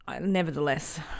Nevertheless